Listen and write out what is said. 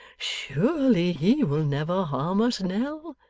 surely he will never harm us, nell.